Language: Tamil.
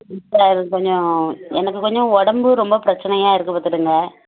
ம் சார் கொஞ்சம் எனக்கு கொஞ்சம் உடம்பு ரொம்ப பிரச்சனையாக இருக்குது பாத்துக்குங்க